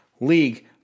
league